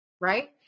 Right